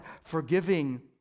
forgiving